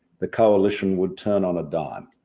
the coalition would turn on a dime,